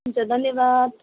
हुन्छ धन्यवाद